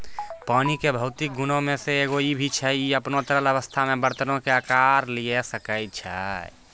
पानी के भौतिक गुणो मे से एगो इ छै जे इ अपनो तरल अवस्था मे बरतनो के अकार लिये सकै छै